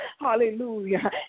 Hallelujah